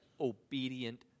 obedient